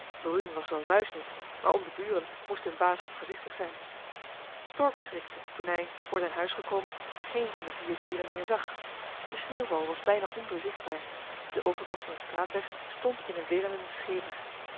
was wel zeus niet maar om de buren moest hun baas wat voorzichtig zijn stork schrikte toen hij voor zijn huis gekomen geen van de vier dieren meer zag de sneeuwval was bijna ondoorzichtbaar de overkant van den straatweg stond in een wirrelenden schemer